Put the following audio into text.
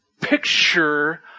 picture